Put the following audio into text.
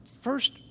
First